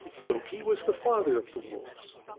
loki was the father of the wolves.